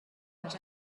but